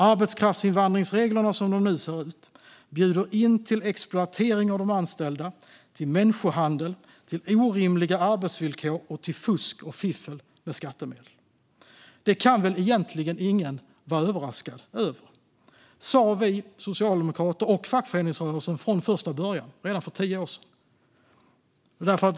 Arbetskraftsinvandringsreglerna som de nu ser ut bjuder in till exploatering av de anställda, till människohandel, till orimliga arbetsvillkor och till fusk och fiffel med skattemedel. Det kan väl egentligen ingen vara överraskad över. Det sa vi socialdemokrater och fackföreningsrörelsen från första början, redan för tio år sedan.